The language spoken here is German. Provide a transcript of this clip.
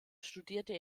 studierte